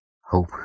Hope